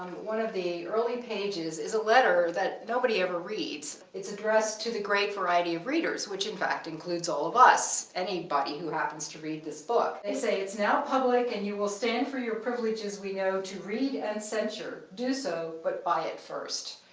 one of the early pages, is a letter that nobody ever reads. it's addressed to the great variety of readers, which, in fact, includes all of us, anybody who happens to read this book. they say, it's now public, and you will stand for your privilege as we know to read and censure. do so but buy it first.